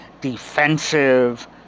defensive